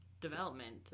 development